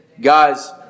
Guys